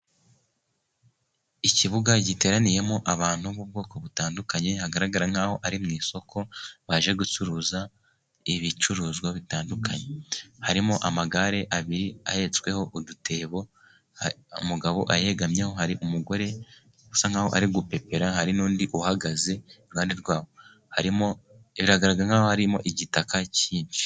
Ikibuga giteraniyemo abantu bo mu bwoko butandukanye, hagaragara nk'aho ari mu isoko, baje gucuruza ibicuruzwa bitandukanye, harimo amagare abiri ahetsweho udutebo, umugabo ayegamyeho, hari umugore usa nkaho ari gupepera, hari n'undi uhagaze iruhande rwabo, harimo biragaragara nkaho harimo igitaka cyinshi.